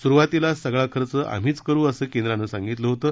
सुरुवातीला सगळा खर्च आम्हीच करु असं केंद्राने सांगितलं होतं